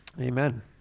Amen